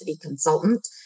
consultant